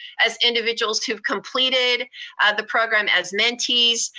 as individuals who've completed the program as mentees.